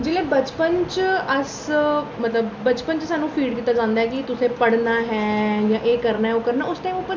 जि'यां बचपन च अस मतलब बचपन च स्हान्नू फील कीता जंदा कि तुसें पढ़ना ऐ जां एह् करना ओह् करना उस टाइम उप्पर